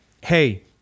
hey